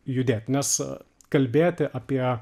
judėt nes kalbėti apie